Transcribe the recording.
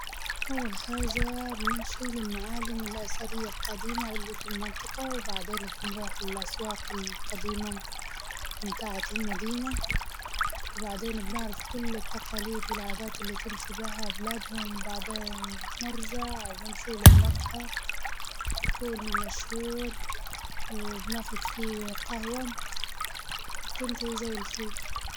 أول حاجة بنمشي للمعالم الأثرية القديمة اللي في المنطقة، وبعدين بنروح الأسواق القديمة متاعت المدينة وبعدين بنعرف كل التقاليد والعادات اللي تمشي بها بلادهم، وبعدين نرجع ونمشي للمقهى تكون المشهور وناخد فيه قهوة وتنتهي جولتي.